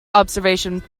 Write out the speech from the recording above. observation